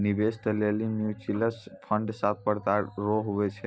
निवेश के लेली म्यूचुअल फंड सात प्रकार रो हुवै छै